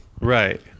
Right